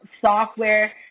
software